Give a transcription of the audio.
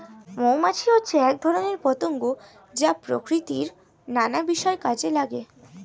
মৌমাছি হচ্ছে এক ধরনের পতঙ্গ যা প্রকৃতির নানা বিষয়ে কাজে লাগে